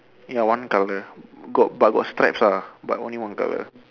ya one colour got but got stripes ah but only one colour